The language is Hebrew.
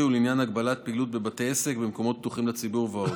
ולעניין הגבלת פעילות בבתי עסק ומקומות פתוחים לציבור ועוד.